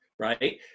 right